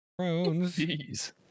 jeez